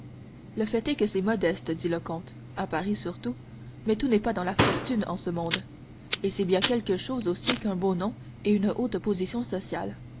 le fait est que c'est modeste dit le comte à paris surtout mais tout n'est pas dans la fortune en ce monde et c'est bien quelque chose aussi qu'un beau nom et une haute position sociale